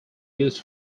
used